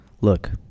Look